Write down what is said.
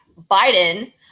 Biden